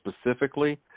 specifically